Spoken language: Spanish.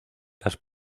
las